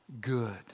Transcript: good